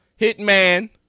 Hitman